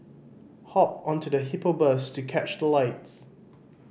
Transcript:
hop onto the Hippo Bus to catch the lights